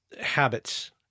habits